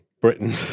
Britain